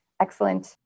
excellent